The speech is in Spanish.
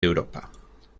europa